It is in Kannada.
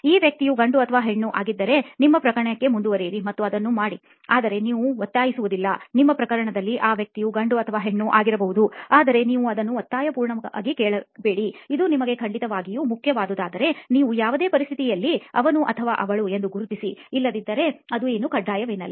ಈ ವ್ಯಕ್ತಿಯು ಗಂಡು ಅಥವಾ ಹೆಣ್ಣು ಆಗಿದ್ದರೆ ನಿಮ್ಮ ಪ್ರಕರಣಕ್ಕೆ ಮುಂದುವರಿಯಿರಿ ಮತ್ತು ಅದನ್ನು ಮಾಡಿಆದರೆ ನಾನು ಒತ್ತಾಯಿಸುವುದಿಲ್ಲನಿಮ್ಮ ಪ್ರಕರಣದಲ್ಲಿ ಈ ವ್ಯಕ್ತಿಯು ಗಂಡು ಅಥವಾ ಹೆಣ್ಣು ಆಗಿರಬಹುದುಆದರೆ ನೀವು ಅದನ್ನು ಒತ್ತಾಯವಾಗಿ ಕೇಳಬೇಡಿ ಇದು ನಿಮಗೆ ಖಂಡಿತವಾಗಿಯೂ ಮುಖ್ಯವಾದುದಾದರೆ ನೀವು ಯಾವುದೇ ಪರಿಸ್ಥಿತಿಯಲ್ಲಿ ಅವನು ಅಥವಾ ಅವಳು ಎಂದು ಗುರುತಿಸಿ ಇಲ್ಲದಿದ್ದರೆ ಅದು ಕಡ್ಡಾಯವೇನಲ್ಲ